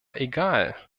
egal